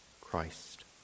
Christ